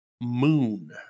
Moon